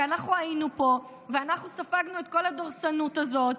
כי אנחנו היינו פה ואנחנו ספגנו את כל הדורסנות הזאת.